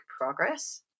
progress